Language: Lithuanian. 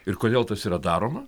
ir kodėl tas yra daroma